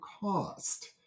cost